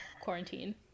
quarantine